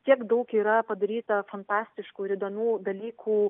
kiek daug yra padaryta fantastiškų ir įdomių dalykų